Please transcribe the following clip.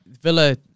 Villa